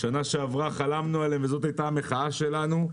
שנה שעברה חלמנו עליהם וזאת הייתה המחאה שלנו,